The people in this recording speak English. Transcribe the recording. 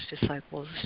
disciples